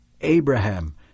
Abraham